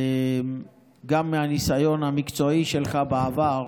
גם מהניסיון המקצועי שלך בעבר,